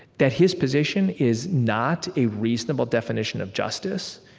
that his position is not a reasonable definition of justice?